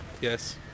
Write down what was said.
Yes